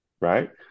Right